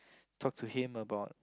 talk to him about